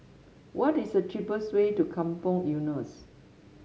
what is the cheapest way to Kampong Eunos